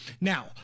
Now